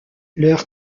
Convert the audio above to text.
leur